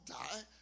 die